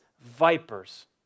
vipers